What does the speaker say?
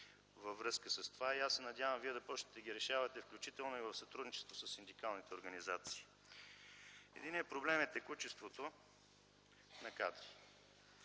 във връзка с това и аз се надявам Вие да започнете да ги решавате, включително и в сътрудничество със синдикалните организации. Единият проблем е текучеството на кадри.